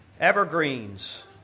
Evergreens